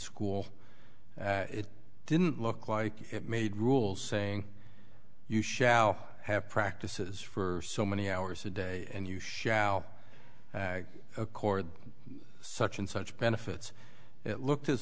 school it didn't look like it made rules saying you shall have practices for so many hours a day and you shall accord such and such benefits it looked as